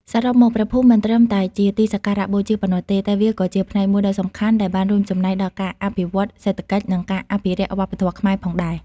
សរុបមក ព្រះភូមិមិនត្រឹមតែជាទីសក្ការៈបូជាប៉ុណ្ណោះទេ តែវាក៏ជាផ្នែកមួយដ៏សំខាន់ដែលបានរួមចំណែកដល់ការអភិវឌ្ឍសេដ្ឋកិច្ច និងការអភិរក្សវប្បធម៌ខ្មែរផងដែរ។